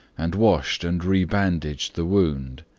and washed and rebandaged the wound.